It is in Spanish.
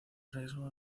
riesgo